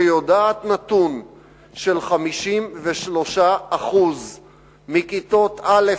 שיודעת נתון של 53% מכיתות א',